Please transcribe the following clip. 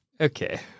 Okay